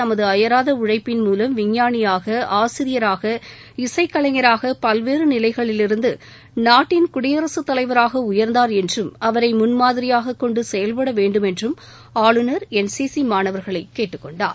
தனது அயராத உழழப்பின் மூலம் விஞ்ஞானியாக ஆசிரியராக இசைக்கலைஞராக பல்வேறு நிலைகளிலிருந்து நாட்டின் குடியரசுத் தலைவராக உயர்ந்தார் என்றும் அவரை முன்மாதிரியாக கொண்டு செயல்பட வேண்டும் என்றும் ஆளுநர் என் சி சி மாணவர்களை கேட்டுக்கொண்டார்